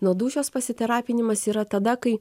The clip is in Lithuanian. nuo dūšios pasiterapinimas yra tada kai